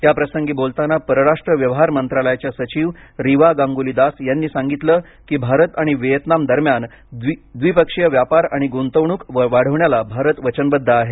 याप्रसंगी बोलताना परराष्ट्र व्यवहार मंत्रालयाच्या सचिव रिवा गांगुली दास यांनी सांगितलं की भारत आणि विएतनाम दरम्यान द्वीपक्षीय व्यापार आणि गुंतवणुक वाढविण्याला भारत वचनबद्ध आहे